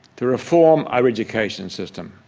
to reform our education system.